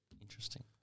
Interesting